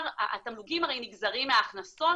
התמלוגים הרי נגזרים מההכנסות,